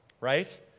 right